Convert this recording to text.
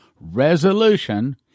resolution